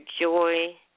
joy